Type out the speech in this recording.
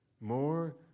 more